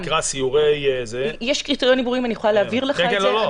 יש קריטריונים ברורים, אני יכולה להעביר לך אותם.